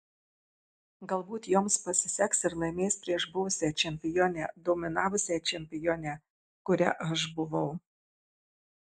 galbūt joms pasiseks ir laimės prieš buvusią čempionę dominavusią čempionę kuria aš buvau